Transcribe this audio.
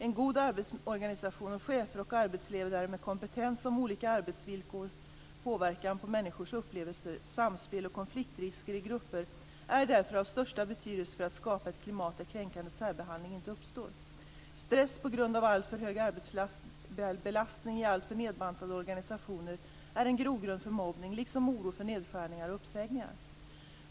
En god arbetsorganisation och chefer och arbetsledare med kompetens om olika arbetsvillkors påverkan på människors upplevelser, samspel och konfliktrisker i grupper är därför av största betydelse för att vi skall kunna skapa ett klimat där kränkande särbehandling inte uppstår. Stress på grund av alltför hög arbetsbelastning i alltför nedbantade organisationer är en grogrund för mobbning, liksom oro för nedskärningar och uppsägningar.